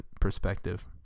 perspective